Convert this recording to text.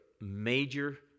major